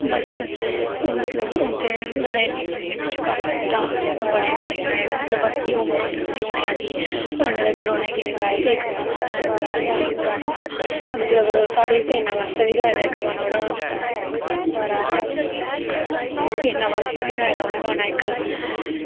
बस मतलव उनैं इन्नी फिल्में बिच्च कम्म कीता बड़े गाने गाए मतलव अपनी उमर जिसलै होनें आह्ली ही उन्ने तक्कर उनैं गीत गाए इक गाना उनैं ओह्दै च बी गाए दा मतलव साढ़ी सेना बास्तै बी गाए दा इक गाना सेना बास्तै बी गाए दा उनैं गाना इक